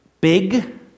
big